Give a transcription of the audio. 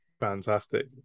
fantastic